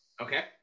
Okay